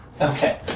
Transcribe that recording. Okay